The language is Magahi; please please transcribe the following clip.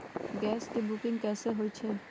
गैस के बुकिंग कैसे होईछई?